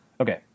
Okay